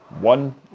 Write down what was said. one